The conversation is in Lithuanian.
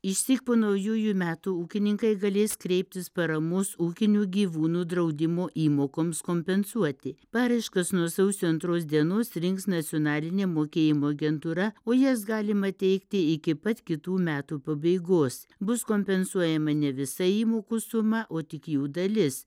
išsyk po naujųjų metų ūkininkai galės kreiptis paramos ūkinių gyvūnų draudimo įmokoms kompensuoti paraiškas nuo sausio antros dienos rinks nacionalinė mokėjimo agentūra o jas galima teikti iki pat kitų metų pabaigos bus kompensuojama ne visa įmokų suma o tik jų dalis